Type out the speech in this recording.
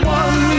one